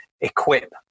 equip